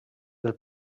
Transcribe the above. del